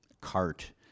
cart